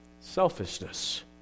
selfishness